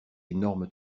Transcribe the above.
énorme